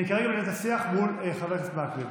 אני כרגע מנהל את השיח מול חבר הכנסת מקלב.